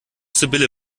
sibylle